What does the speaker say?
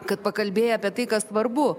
kad pakalbėjai apie tai kas svarbu